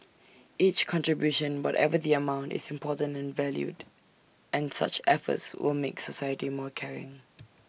each contribution whatever the amount is important and valued and such efforts will make society more caring